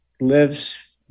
lives